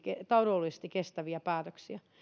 taloudellisesti kestäviä päätöksiä